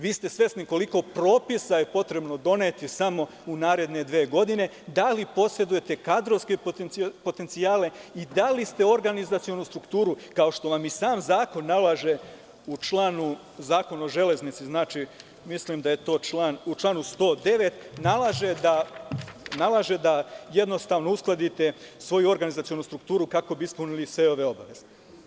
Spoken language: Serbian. Vi ste svesni koliko propisa je potrebno doneti samo u naredne dve godine, da li posedujete kadrovske potencijale i da li ste organizacionu strukturu, kao što vam i sam Zakon o železnici nalaže u članu 109., nalaže da jednostavno uskladite svoju organizacionu strukturu kako bi ispunili sve ove obaveze.